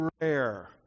rare